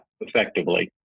effectively